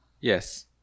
Yes